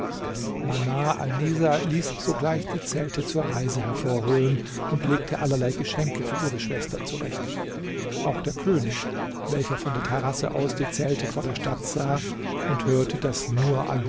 alnisa ließ sogleich die zelte zur reise hervorholen und legte allerlei geschenke für ihre schwester zurecht auch der könig welcher von der terrasse aus die zelte vor der stadt sah und hörte daß nur